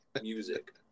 music